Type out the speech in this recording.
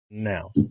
now